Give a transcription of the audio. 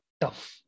tough